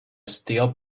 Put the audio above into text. still